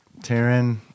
Taryn